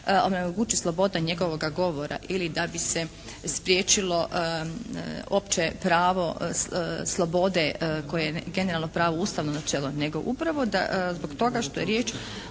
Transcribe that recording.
onemogući sloboda njegovoga govora ili da bi se spriječilo opće pravo slobode koje je generalno pravo, ustavno načelo nego upravo zbog toga što je riječ